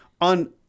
on